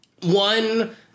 one